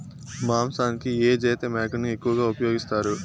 మాంసానికి ఏ జాతి మేకను ఎక్కువగా ఉపయోగిస్తారు?